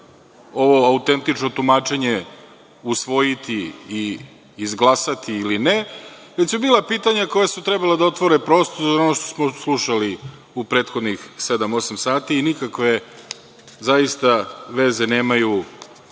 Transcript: ovo autentično tumačenje usvojiti i izglasati ili ne, već su bila pitanja koja su trebala da otvore prostor za ono što smo slušali u prethodnih sedam, osam sati. Nikakve veze nemaju